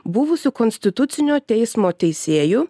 buvusiu konstitucinio teismo teisėju